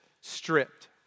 stripped